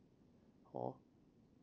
oh